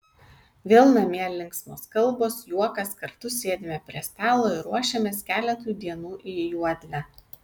vėl namie linksmos kalbos juokas kartu sėdime prie stalo ir ruošiamės keletui dienų į juodlę